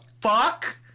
fuck